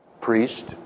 priest